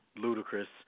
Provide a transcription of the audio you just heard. ludicrous